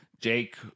Jake